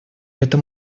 это